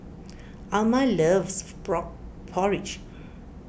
Alma loves Frog Porridge